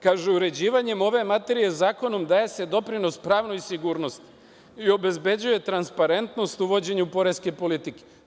Kaže: „Uređivanjem ove materije zakonom daje se doprinos pravnoj sigurnosti i obezbeđuje transparentnost u vođenju poreske politike“